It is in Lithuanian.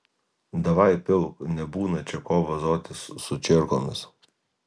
davai pilk nebūna čia ko vazotis su čierkomis